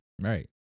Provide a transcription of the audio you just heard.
right